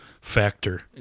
factor